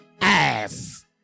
ass